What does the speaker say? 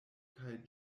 kaj